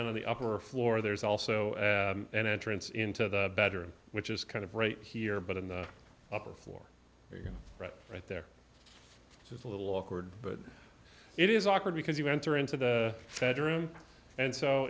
then on the upper floor there's also an entrance into the bedroom which is kind of right here but in the upper floor right there it's a little awkward but it is awkward because you enter into the bedroom and so